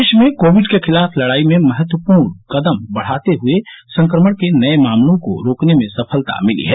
देश ने कोविड के खिलाफ लड़ाई में महत्वपूर्ण कदम बढ़ाते हुए संक्रमण के नए मामलों को रोकने में सफलता प्राप्त की है